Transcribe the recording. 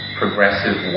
progressive